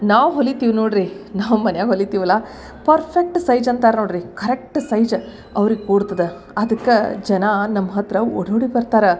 ನಾವು ಹೊಲಿತೀವಿ ನೋಡಿರಿ ನಾವು ಮನ್ಯಾಗ ಹೊಲಿತೀವಲ್ಲ ಪರ್ಫೆಕ್ಟ್ ಸೈಜ್ ಅಂತಾರೆ ನೋಡಿರಿ ಕರೆಕ್ಟ್ ಸೈಜ್ ಅವ್ರಿಗೆ ಕೂಡ್ತದೆ ಅದಕ್ಕೆ ಜನ ನಮ್ಮ ಹತ್ತಿರ ಓಡೋಡಿ ಬರ್ತಾರೆ